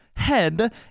head